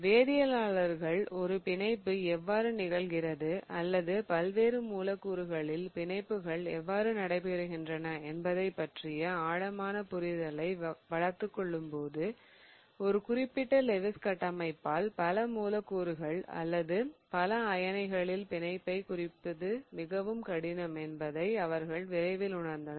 வேதியியலாளர்கள் ஒரு பிணைப்பு எவ்வாறு நிகழ்கிறது அல்லது பல்வேறு மூலக்கூறுகளில் பிணைப்புகள் எவ்வாறு நடைபெறுகின்றன என்பதைப் பற்றிய ஆழமான புரிதலை வளர்த்துக் கொள்ளும்போது ஒரு குறிப்பிட்ட லெவிஸ் கட்டமைப்பால் பல மூலக்கூறுகள் அல்லது பல அயனிகளில் பிணைப்பைக் குறிப்பது மிகவும் கடினம் என்பதை அவர்கள் விரைவில் உணர்ந்தனர்